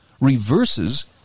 reverses